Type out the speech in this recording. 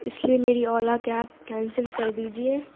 اس لیے میری Ola cab cancel کر دیجیے